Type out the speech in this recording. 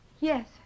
Yes